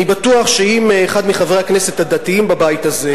אני בטוח שאם אחד מחברי הכנסת הדתיים בבית הזה,